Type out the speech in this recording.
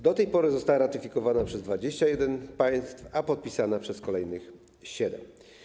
Do tej pory została ratyfikowana przez 21 państw, a podpisana przez kolejnych siedem.